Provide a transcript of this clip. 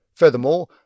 Furthermore